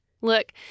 Look